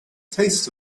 taste